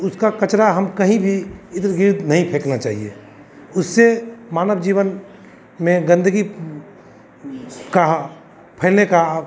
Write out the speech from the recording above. उसका कचरा हमें कहीं भी इधर उधर नहीं फेंकना चहिए उससे मानव जीवन में गंदगी का फैलने का